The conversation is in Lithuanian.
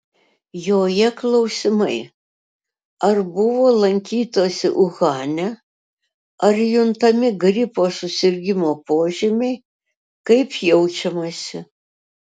joje klausimai ar buvo lankytasi uhane ar juntami gripo susirgimo požymiai kaip jaučiamasi